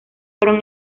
fueron